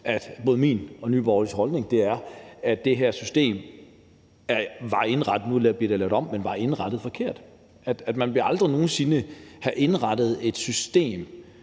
at både min og Nye Borgerliges holdning er, at det her system var – nu bliver det lavet om, men var – indrettet forkert. Man ville aldrig nogen sinde have indrettet et system,